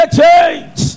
change